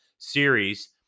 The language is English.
Series